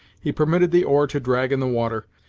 he permitted the oar to drag in the water,